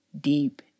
deep